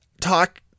talk